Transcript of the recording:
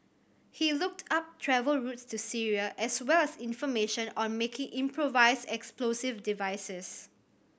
he looked up travel routes to Syria as well as information on making improvised explosive devices